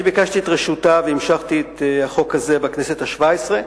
אני ביקשתי את רשותה והמשכתי את החוק הזה בכנסת השבע-עשרה.